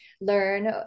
learn